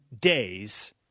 days